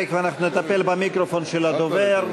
תכף אנחנו נטפל במיקרופון של הדובר,